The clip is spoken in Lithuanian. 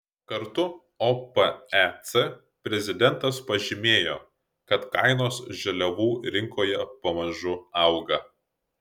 kartu opec prezidentas pažymėjo kad kainos žaliavų rinkoje pamažu auga